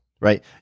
right